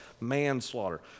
manslaughter